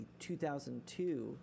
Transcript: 2002